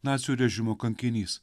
nacių režimo kankinys